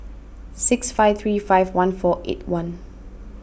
six five three five one four eight one